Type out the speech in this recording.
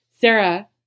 Sarah